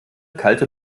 kalte